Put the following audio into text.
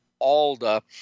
Alda